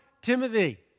Timothy